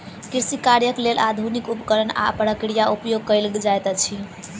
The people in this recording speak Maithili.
कृषि कार्यक लेल आधुनिक उपकरण आ प्रक्रिया उपयोग कयल जाइत अछि